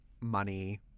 money